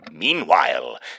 Meanwhile